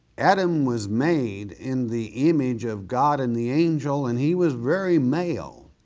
adam was made in the image of god and the angel, and he was very male,